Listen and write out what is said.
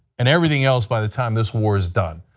and everything else by the time this war is done,